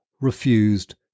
refused